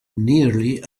nearly